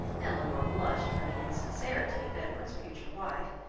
elinor blushed for the insincerity of edward's future wife,